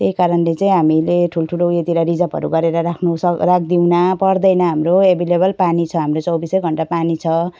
त्यही कारणले चाहिँ हामीले ठुल्ठुलो उयोतिर रिजर्वहरू गरेर राख्नु स राख्दैनौँ पर्दैन हाम्रो एभाइलेबल पानी छ हाम्रो चोबिसै घन्टा पानी छ